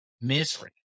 misery